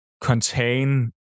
contain